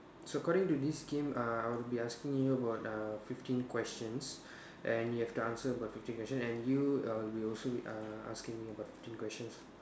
so according to this game uh I will be asking you about uh fifteen questions and you have to answer about fifteen questions and you uh will also be uh asking about fifteen questions